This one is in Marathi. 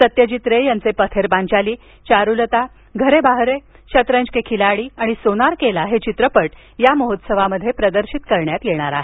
सत्यजित रे यांचे पाथेर पांचाली चारुलता घरबयरे शतरंज के खिलाडी आणि सोनार केला हे चित्रपट या महोत्सवात प्रदर्शित करण्यात येणार आहेत